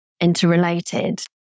interrelated